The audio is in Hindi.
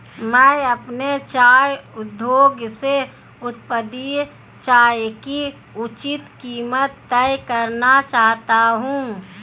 मैं अपने चाय उद्योग से उत्पादित चाय की उचित कीमत तय करना चाहता हूं